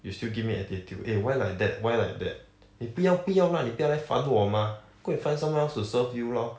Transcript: you still give me attitude eh why like that why like that 你不要不要 lah 你不要来烦我 mah go and find someone else to serve you lor